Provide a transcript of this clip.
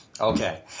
Okay